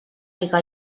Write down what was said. mica